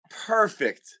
Perfect